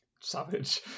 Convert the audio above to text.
Savage